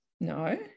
no